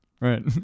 Right